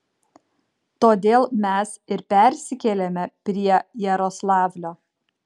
todėl mes ir persikėlėme prie jaroslavlio